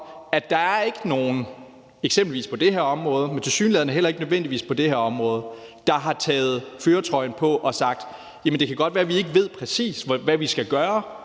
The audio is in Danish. at der ikke er nogen på eksempelvis det område, men tilsyneladende heller ikke nødvendigvis på det her område, der har taget førertrøjen på og sagt, at det godt kan være, at vi ikke ved præcis, hvad vi skal gøre